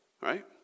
right